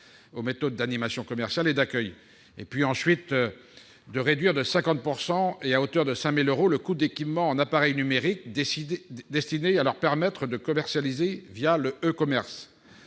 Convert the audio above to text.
aux méthodes d'animation commerciale et d'accueil ; d'autre part, réduire de 50 % et à hauteur de 5 000 euros le coût d'équipement en appareils numériques destinés à leur permettre de commercialiser le e-commerce.